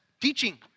teaching